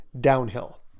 downhill